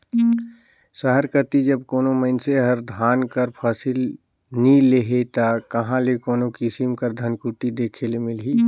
सहर कती जब कोनो मइनसे हर धान कर फसिल नी लेही ता कहां ले कोनो किसिम कर धनकुट्टी देखे ले मिलही